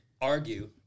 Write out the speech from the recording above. argue